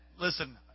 Listen